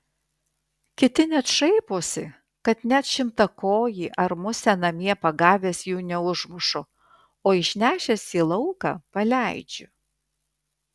kiti net šaiposi kad net šimtakojį ar musę namie pagavęs jų neužmušu o išnešęs į lauką paleidžiu